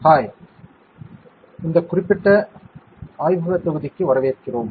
hi இந்த குறிப்பிட்ட ஆய்வக தொகுதிக்கு வரவேற்கிறோம்